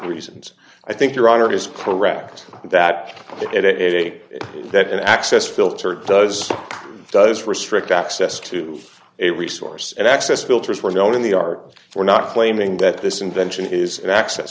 reasons i think your honor is correct that it a that access filter does does restrict access to a resource and access filters were known in the art for not claiming that this invention is d access